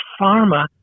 pharma